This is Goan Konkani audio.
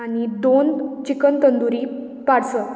आनी दोन चिकन तंदुरी पार्सेल